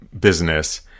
business